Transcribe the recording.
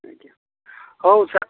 ଆଜ୍ଞା ହଉ ସାର୍